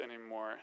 anymore